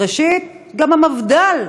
ראשית, גם המפד"ל,